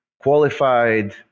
Qualified